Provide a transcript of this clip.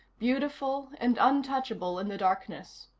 beautiful and untouchable in the darkness.